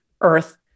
Earth